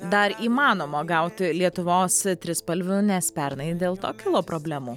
dar įmanoma gauti lietuvos trispalvių nes pernai dėl to kilo problemų